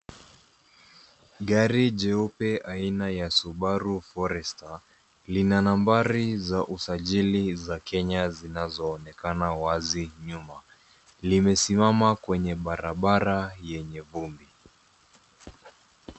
Gari jeupe aina ya Subaru Forester lina nambari za usajili za Kenya zinazoonekana wazi nyuma. Limesimama kwenye barabara yenye vumbi.